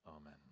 Amen